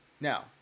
Now